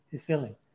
feeling